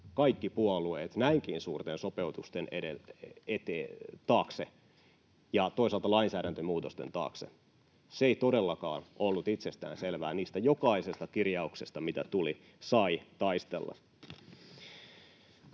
kaikki puolueet näinkin suurten sopeutusten taakse ja toisaalta lainsäädäntömuutosten taakse. Se ei todellakaan ollut itsestään selvää. Niistä jokaisesta kirjauksesta, mitä tuli, sai taistella.